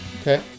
Okay